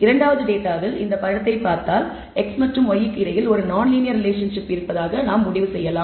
இரண்டாவது டேட்டாவில் இந்த படத்தை பார்த்தால் x மற்றும் y க்கு இடையில் ஒரு நான் லீனியர் ரிலேஷன்ஷிப் இருப்பதாக நீங்கள் முடிவு செய்யலாம்